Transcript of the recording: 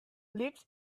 leaps